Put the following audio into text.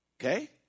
Okay